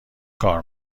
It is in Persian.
کار